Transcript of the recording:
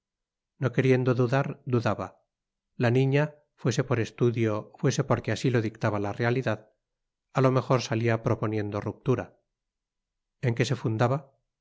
no queriendo dudar dudaba la niña fuese por estudio fuese porque así lo dictaba la realidad a lo mejor salía proponiendo ruptura en qué se fundaba